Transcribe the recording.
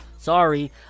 Sorry